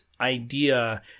idea